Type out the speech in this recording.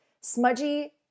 smudgy